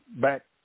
back